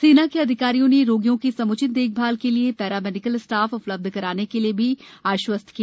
सेना के अधिकारियों ने रोगियों की सम्चित देखभाल के लिए पैरामेडिकल स्टाफ उपलब्ध कराने के लिए भी आश्वस्त किया